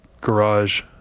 Garage